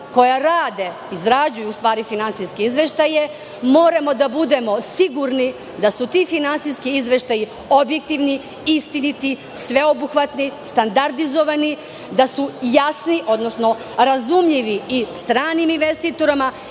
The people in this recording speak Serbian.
koja rade, u stvari izrađuju finansijske izveštaje, moramo da budemo sigurni da su ti finansijski izveštaji objektivni, istiniti, sveobuhvatni, standardizovani, da su jasni, odnosno razumljivi i stranim investitorima.